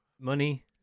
money